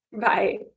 Bye